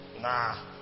Nah